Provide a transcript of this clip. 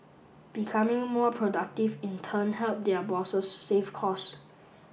becoming more productive in turn help their bosses save cost